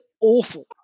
awful